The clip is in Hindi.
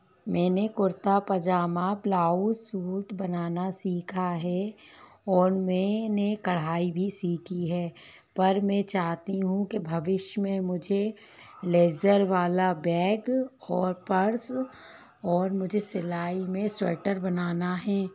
मैंने कुर्ता पजामा ब्लाउज सूट बनाना सीखा है और मैंने कढ़ाई भी सीखी है पर मैं चाहती हूँ कि भविष्य में मुझे लेज़र वाला बैग और पर्स और मुझे सिलाई में स्वेटर बनाना है